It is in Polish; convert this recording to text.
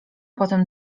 potem